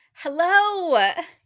Hello